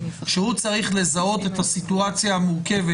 שהוא צריך לזהות את הסיטואציה המורכבת